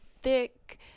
thick